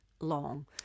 long